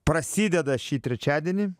prasideda šį trečiadienį